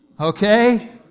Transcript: Okay